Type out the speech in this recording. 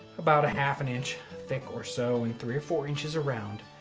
about a half an inch thick or so and three or four inches around,